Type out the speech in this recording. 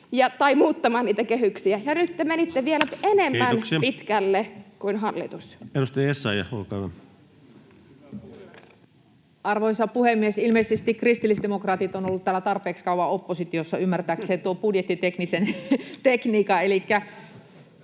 tai muuttamaan niitä kehyksiä, ja nyt te menitte vielä enemmän pitkälle kuin hallitus. Kiitoksia. — Edustaja Essayah, olkaa hyvä. Arvoisa puhemies! Ilmeisesti kristillisdemokraatit ovat olleet tarpeeksi kauan oppositiossa ymmärtääkseen tuon budjettiteknisen tekniikan.